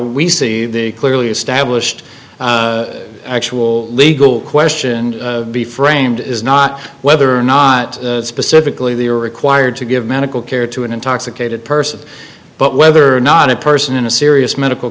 we see the clearly established actual legal question be framed is not whether or not specifically they are required to give medical care to an intoxicated person but whether or not a person in a serious medical